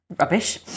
rubbish